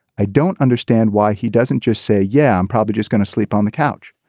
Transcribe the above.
i don't understand why he doesn't just say yeah i'm probably just gonna sleep on the couch.